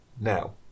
now